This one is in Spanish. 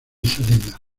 salida